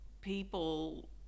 people